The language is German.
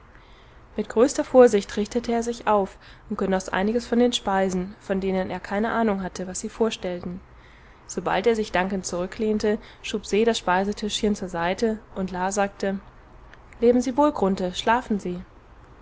mit größter vorsicht richtete er sich auf und genoß einiges von den speisen von denen er keine ahnung hatte was sie vorstellten sobald er sich dankend zurücklehnte schob se das speisetischchen zur seite und la sagte leben sie wohl grunthe schlafen sie